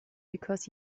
because